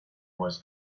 was